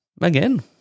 again